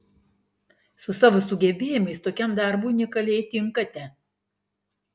su savo sugebėjimais tokiam darbui unikaliai tinkate